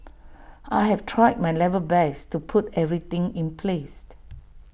I have tried my level best to put everything in place